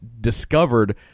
discovered